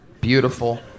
beautiful